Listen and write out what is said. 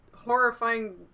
Horrifying